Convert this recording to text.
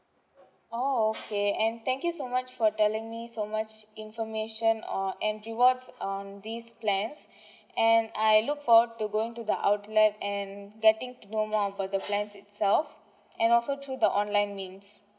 orh okay and thank you so much for telling me so much information or and rewards on these plans and I look forward to going to the outlet and getting to know more about the plan itself and also through the online means